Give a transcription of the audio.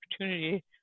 opportunity